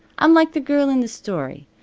i'm like the girl in the story.